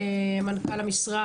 מנכ"ל המשרד,